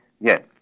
Yes